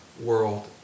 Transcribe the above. world